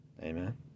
Amen